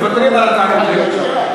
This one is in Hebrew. מוותרים על התענוג להיות שם.